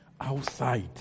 outside